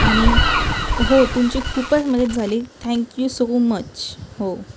आणि हो तुमची खूपच मदत झाली थँक्यू सो मच हो